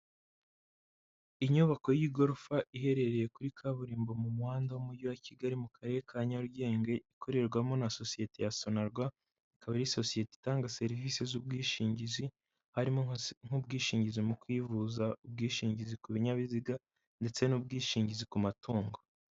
Inyubako y'igorofa iherereye kuri kaburimbo mu muhanda w'umujyi wa Kigali mu karere ka Nyarugenge ikorerwamo na sosiyete ya sonarwa ikaba ari sosiyete itanga serivisi z'ubwishingizi, harimo nk'ubwishingizi mu kwivuza, ubwishingizi ku bininyabiziga, ndetse n'ubwishingizi ku matungo.